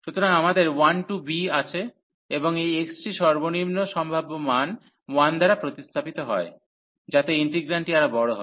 সুতরাং আমাদের 1 to b আছে এবং এই x টি সর্বনিম্ন সম্ভাব্য মান 1 দ্বারা প্রতিস্থাপিত হয় যাতে ইন্টিগ্রান্টটি আরও বড় হয়